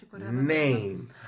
name